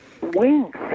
wings